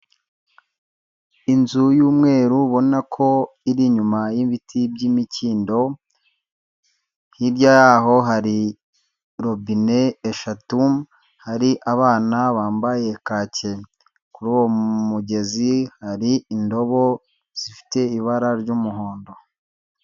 Inzu y'umweru ubona ko iri inyuma y'ibiti by'imikindo, hirya y'aho hari robine eshatu, hari abana bambaye kake, kuri uwo mugezi hari indobo zifite ibara ry'umuhondo.